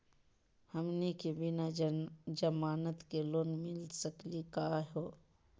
हमनी के बिना जमानत के लोन मिली सकली क हो?